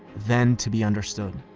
then to be understood.